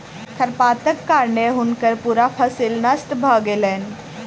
खरपातक कारणें हुनकर पूरा फसिल नष्ट भ गेलैन